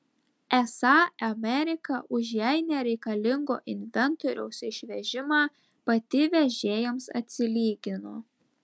esą amerika už jai nereikalingo inventoriaus išvežimą pati vežėjams atsilygino